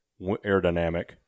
aerodynamic